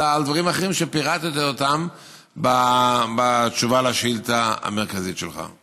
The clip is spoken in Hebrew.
אלא על דברים אחרים שפירטתי בתשובה לשאילתה המרכזית שלך.